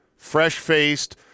Fresh-faced